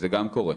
זה גם קורה,